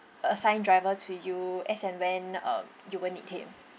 assigned driver to you as and when uh you will need him